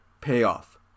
payoff